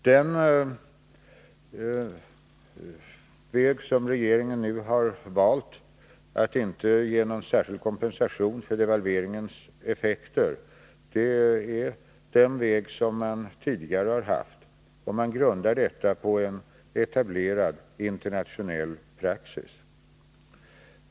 Den väg som regeringen nu har valt — att inte ge någon särskild kompensation för devalveringens effekter — är den väg som man tidigare har följt. Man grundar detta på en etablerad internationell praxis.